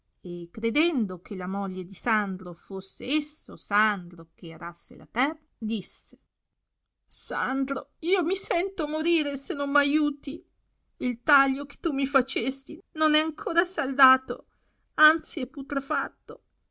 e credendo che la moglie di sandro fosse esso sandro che arasse la terra disse sandro io mi sento morire se non m'aiuti il taglio che tu mi facesti non è ancora saldato anzi é putrefatto